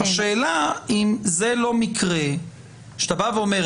השאלה היא אם זה לא מקרה שאתה בא ואומר,